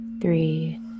three